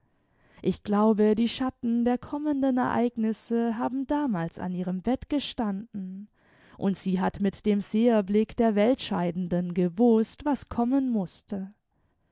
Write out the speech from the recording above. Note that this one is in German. ich glaube die schatten der konmienden ereignisse haben damals an ihrem bett gestanden und sie hat mit dem seherblick der weltscheidenden gewußt was kommen mußte